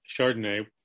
Chardonnay